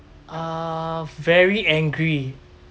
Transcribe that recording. uh very angry